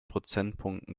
prozentpunkten